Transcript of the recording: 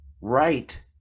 right